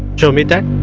show me that